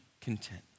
content